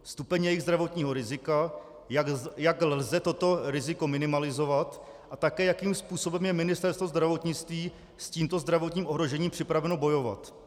Stupeň jejich zdravotního rizika, jak lze toto riziko minimalizovat a také jakým způsobem je Ministerstvo zdravotnictví s tímto zdravotním ohrožením připraveno bojovat.